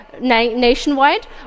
nationwide